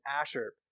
Asher